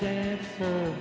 the the